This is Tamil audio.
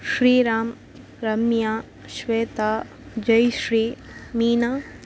ஸ்ரீராம் ரம்யா ஸ்வேதா ஜெய்ஸ்ரீ மீனா